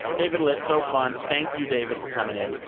david litt, so fun. thank you, david, for coming in.